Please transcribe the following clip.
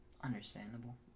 Understandable